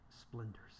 splendors